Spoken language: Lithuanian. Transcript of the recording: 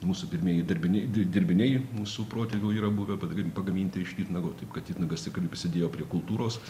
mūsų pirmieji darbiniai dirbiniai mūsų protėvių yra buvę padary pagaminti iš titnago taip kad titnagas tikrai prisidėjo prie kultūros